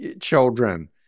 children